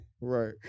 Right